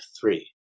three